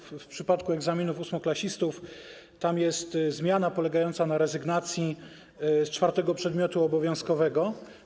W przypadku egzaminów ósmoklasistów jest zmiana polegająca na rezygnacji z czwartego przedmiotu obowiązkowego.